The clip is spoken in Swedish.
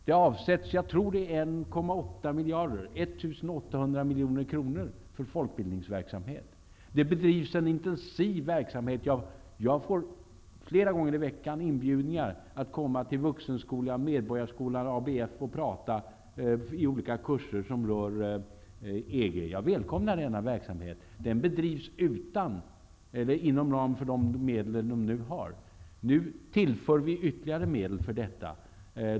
Jag tror att det är 1,8 miljarder som avsätts för folkbildningsverksamhet. Det bedrivs en intensiv verksamhet. Jag får flera gånger i veckan inbjudningar att komma till Vuxenskolan, Medborgarskolan och ABF för att tala i olika kurser som rör EG. Jag välkomnar denna verksamhet. Den bedrivs inom ramen för de medel som dessa organisationer nu har. Nu tillför vi ytterligare medel för det ändamålet.